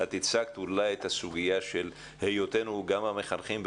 את הצגת את הסוגיה של היותנו גם המחנכים,